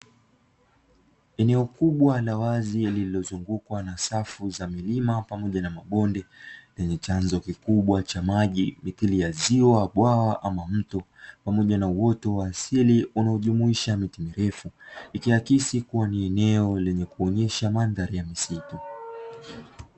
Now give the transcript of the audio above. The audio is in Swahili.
Eneo kubwa la wazi lililozungukwa na safu za milima pamoja na mabonde lenye chanzo kikubwa cha maji. likiashiria bwawa au mto pamoja na uoto wa asili unaojumuisha miti mirefu ikiaksi kuwa ni eneo lenye kuaksi mandhari ya misitu.